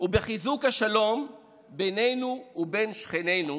ובחיזוק השלום בינינו ובין שכנינו